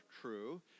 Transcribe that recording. true